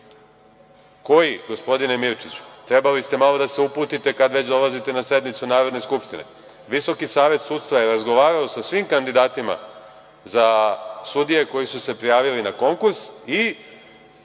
Koji?)Koji, gospodine Mirčiću? Trebali ste malo da se uputite kad već dolazite na sednicu Narodne skupštine. Visoki savet sudstva je razgovarao sa svim kandidatima za sudije koji su se prijavili na konkurs i